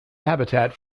habitat